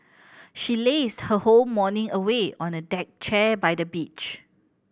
she lazed her whole morning away on a deck chair by the beach